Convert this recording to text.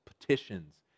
petitions